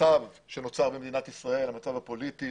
במצב שנוצר במדינת ישראל, המצב הפוליטי